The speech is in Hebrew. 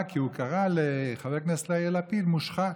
חבר הכנסת אמסלם.